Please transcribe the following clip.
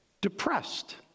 depressed